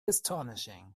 astonishing